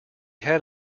had